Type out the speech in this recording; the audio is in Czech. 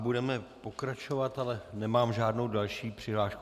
Budeme pokračovat, ale nemám žádnou další přihlášku.